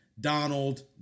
Donald